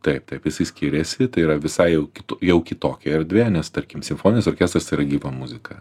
taip taip jisai skiriasi tai yra visai jau kito jau kitokia erdvė nes tarkim simfoninis orkestras tai yra gyva muzika